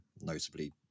notably